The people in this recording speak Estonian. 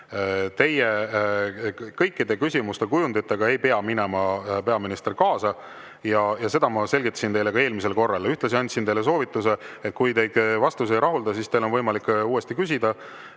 teie küsimuste kujunditega ei pea peaminister kaasa minema, seda ma selgitasin teile ka eelmisel korral. Ühtlasi andsin teile soovituse, et kui teid vastus ei rahulda, siis on teil võimalik uuesti küsida.